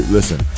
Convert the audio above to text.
Listen